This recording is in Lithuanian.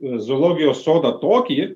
zoologijos sodą tokį